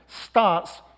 starts